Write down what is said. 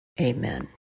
Amen